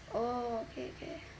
oh okay okay